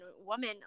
woman